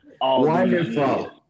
Wonderful